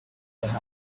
hiring